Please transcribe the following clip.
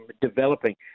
developing